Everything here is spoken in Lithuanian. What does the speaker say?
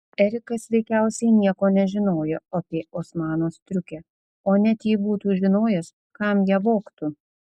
erikas veikiausiai nieko nežinojo apie osmano striukę o net jei būtų žinojęs kam ją vogtų